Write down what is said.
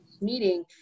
meeting